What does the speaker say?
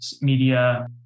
media